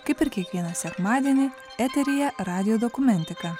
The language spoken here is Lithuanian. kaip ir kiekvieną sekmadienį eteryje radijo dokumentika